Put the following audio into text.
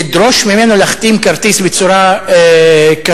לדרוש ממנו להחתים כרטיס בצורה כזאת?